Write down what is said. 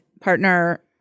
partner